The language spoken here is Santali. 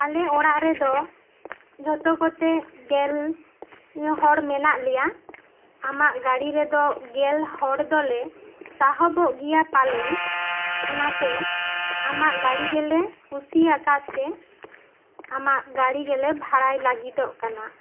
ᱟᱞᱮ ᱚᱲᱟᱜ ᱨᱮᱫᱚ ᱡᱷᱚᱛᱚ ᱠᱚᱛᱮ ᱜᱮᱞ ᱦᱚᱲ ᱢᱮᱱᱟᱜ ᱞᱮᱭᱟ ᱟᱢᱟᱜ ᱜᱟᱹᱰᱤ ᱨᱮᱫᱚ ᱜᱮᱞ ᱦᱚᱲ ᱫᱚᱞᱮ ᱥᱟᱦᱚᱵᱚᱜ ᱜᱮᱭᱟ ᱯᱟᱞᱮᱱ ᱚᱱᱟᱛᱮ ᱟᱢᱟᱜ ᱜᱟᱹᱰᱤ ᱜᱮᱞᱮ ᱠᱩᱥᱤᱭᱟᱠᱟᱫ ᱛᱮ ᱟᱢᱟᱜ ᱜᱟᱹᱰᱤ ᱜᱮᱞᱮ ᱵᱷᱟᱲᱟᱭ ᱞᱟᱹᱜᱤᱫᱚᱜ ᱠᱟᱱᱟ